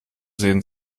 sehen